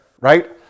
right